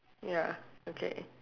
ya okay